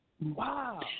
Wow